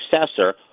successor